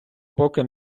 поки